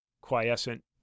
quiescent